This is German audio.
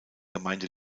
gemeinde